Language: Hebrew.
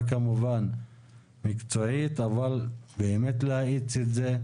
כמובן מקצועית אבל באמת להאיץ את זה,